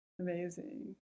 Amazing